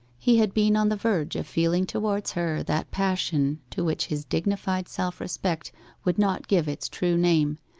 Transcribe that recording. he had been on the verge of feeling towards her that passion to which his dignified self-respect would not give its true name,